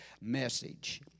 message